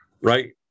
right